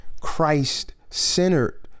christ-centered